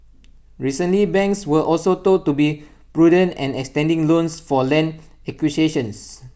recently banks were also told to be prudent and extending loans for land acquisitions